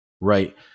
right